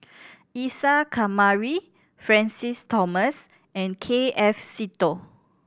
Isa Kamari Francis Thomas and K F Seetoh